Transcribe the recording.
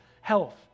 health